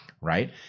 right